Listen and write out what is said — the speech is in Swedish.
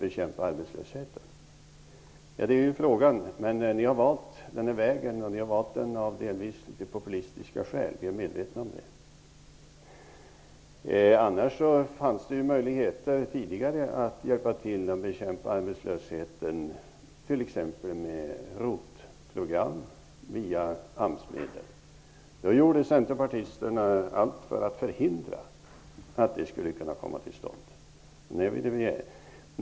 Vi är medvetna om att ni har valt denna väg av delvis populistiska skäl. Det fanns tidigare möjligheter att hjälpa till att bekämpa arbetslösheten, t.ex. med hjälp av ROT program och AMS-medel. Centerpartisterna gjorde allt för att förhindra att det skulle komma till stånd.